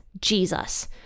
Jesus